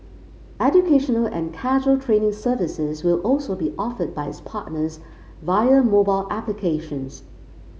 educational and casual trading services will also be offered by its partners via mobile applications